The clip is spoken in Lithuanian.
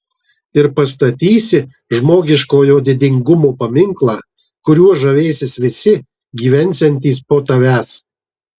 ir pastatysi žmogiškojo didingumo paminklą kuriuo žavėsis visi gyvensiantys po tavęs